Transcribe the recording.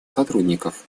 сотрудников